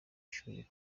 ishuri